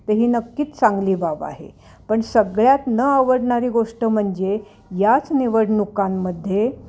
ते ही नक्कीच चांगली बाब आहे पण सगळ्यात न आवडणारी गोष्ट म्हणजे याच निवडणुकांमध्ये